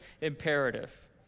imperative